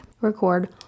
record